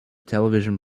television